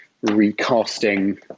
recasting